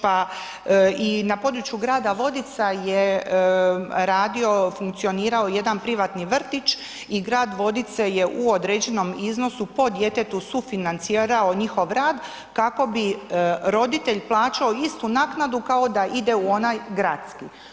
Pa i na području grada Vodica je radio, funkcionirao jedan privatni vrtić i grad Vodice je u određenom iznosu po djetetu sufinancirao njihov rad kako bi roditelj plaćao istu naknadu kao da ide u onaj gradski.